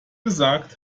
gesagt